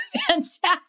fantastic